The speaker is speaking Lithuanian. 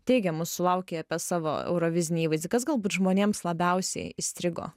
teigiamų sulauki apie savo eurovizinį įvaizdį kas galbūt žmonėms labiausiai įstrigo